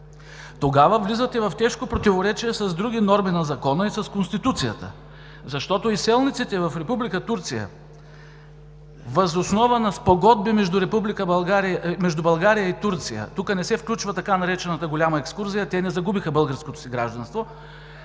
тогава влизате в тежко противоречие с други норми на Закона и с Конституцията. Защото изселниците в Република Турция, въз основа на спогодби между България и Турция – тук не се включва така наречената „голяма екскурзия“, тъй като те не загубиха българското си гражданство,